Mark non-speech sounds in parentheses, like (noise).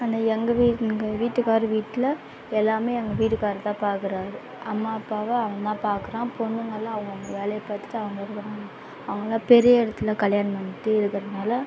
ஆனால் எங்கள் வீடு எங்கள் வீட்டுக்கார் வீட்டில் எல்லாமே எங்கள் வீட்டுக்கார் தான் பார்க்குறாரு அம்மா அப்பாவை அவன் தான் பார்க்குறான் பொண்ணுங்கள் எல்லாம் அவங்க அவங்க வேலையை பார்த்துட்டு (unintelligible) அவங்களாம் பெரிய இடத்துல கல்யாணம் பண்ணிகிட்டு இருக்கிறனால